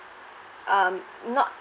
um not